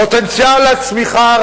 פוטנציאל הצמיחה,